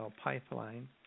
pipeline